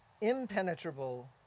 impenetrable